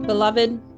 Beloved